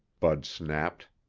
bud snapped.